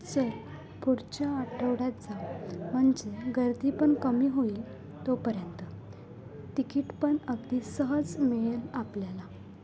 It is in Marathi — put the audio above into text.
चल पुढच्या आठवड्यात जा म्हणजे गर्दी पण कमी होईल तोपर्यंत तिकीट पण अगदी सहज मिळेल आपल्याला